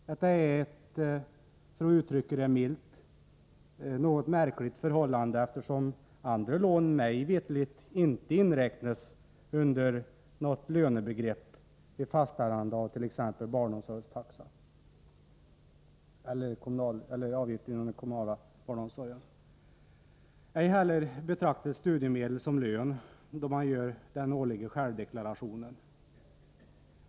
Detta är ett, för att uttrycka det milt, något märkligt förhållande, eftersom andra lån mig veterligt inte inräknas under något lönebegrepp vid fastställande av t.ex. avgifter till den kommunala barnomsorgen. Ej heller betraktas studiemedel som lön då man gör den årliga självdeklarationen.